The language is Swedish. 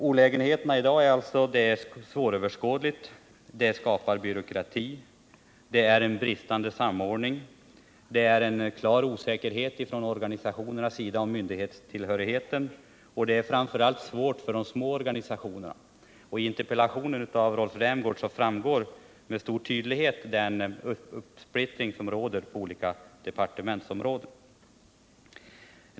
Olägenheterna i dag är alltså dålig överskådlighet, byråkrati, brist på samordning, klar osäkerhet inom organisationerna om myndighetstillhörigheten och framför allt svårigheter för de små organisationerna. Av Rolf Rämgårds interpellation framgår med stor tydlighet vilken uppsplittring som förekommer mellan olika departementsområden.